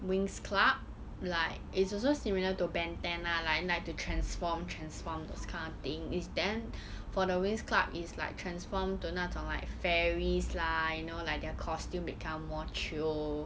winx club like it's also similar to ben ten lah like like to transform transform those kind of thing is then for the winx club is like transform to 那种 like fairies lah like their costumes become more chio